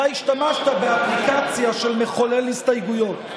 אתה השתמשת באפליקציה של מחולל הסתייגויות.